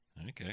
okay